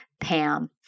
Pam